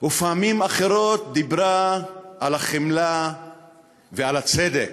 ופעמים אחרות היא דיברה על החמלה ועל הצדק.